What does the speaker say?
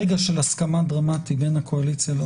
רגע של הסכמה דרמטי בין הקואליציה לאופוזיציה.